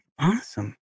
Awesome